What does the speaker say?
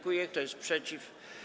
Kto jest przeciw?